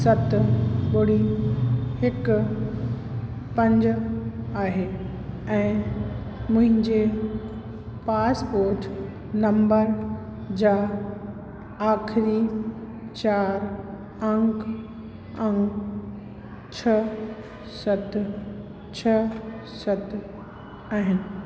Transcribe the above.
सत ॿुड़ी हिकु पंज आहे ऐं मुंहिंजे पासपोर्ट नंबर जा आख़िरी चारि अंक अंग छह सत छह सत आहिनि